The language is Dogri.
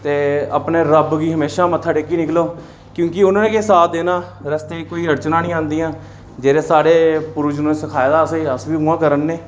ते अपने रब्ब गी म्हेशां मत्था टैकियै निकलो क्योंकि उ'नें गै साथ देना रस्ते च कोई अड़चनां नेईं औंदियां जेह्ड़े साढ़े पूर्वजें सखाए दा असें गी अस बी उ'आं करा'रने